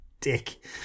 dick